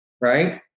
right